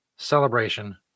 Celebration